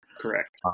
Correct